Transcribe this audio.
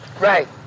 Right